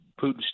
putin